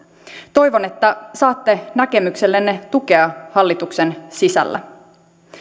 toivon että saatte näkemyksellenne tukea hallituksen sisällä